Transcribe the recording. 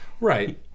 right